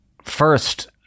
First